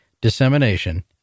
dissemination